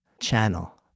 channel